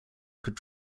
could